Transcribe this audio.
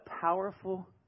powerful